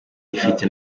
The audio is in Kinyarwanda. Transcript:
ifite